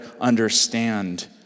understand